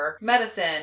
medicine